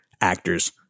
actors